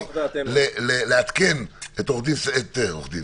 לעדכן את עורך דין